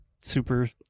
super